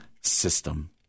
system